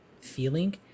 feeling